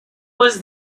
was